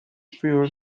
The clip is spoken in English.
fewer